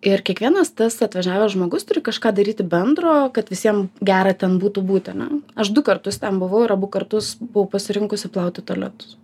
ir kiekvienas tas atvažiavęs žmogus turi kažką daryti bendro kad visiem gera ten būtų būtina aš du kartus ten buvau ir abu kartus buvau pasirinkusi plauti tualetus